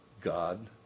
God